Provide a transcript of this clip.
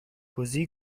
così